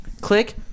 Click